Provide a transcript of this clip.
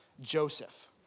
Joseph